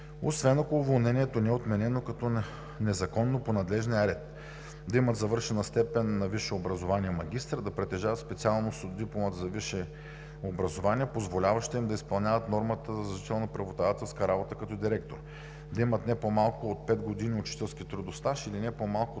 освен ако уволнението не е отменено като незаконно по надлежния ред; да имат завършена степен на висше образование „магистър“; да притежава специалност от дипломата за висше образование, позволяваща им да изпълняват нормата за задължителна преподавателска работа като директор; да имат не по-малко от пет години учителски трудов стаж или не по-малко